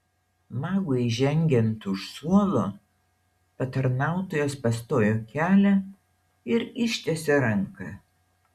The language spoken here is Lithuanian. magui žengiant už suolo patarnautojas pastojo kelią ir ištiesė ranką